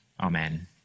Amen